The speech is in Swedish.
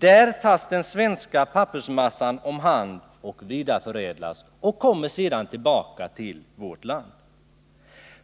Där tas den svenska pappersmassan om hand och vidareförädlas och kommer sedan tillbaka till vårt land.